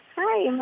hi imma'le,